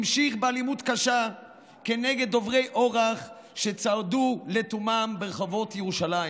המשיך באלימות הקשה כנגד עוברי אורח שצעדו לתומם ברחובות ירושלים,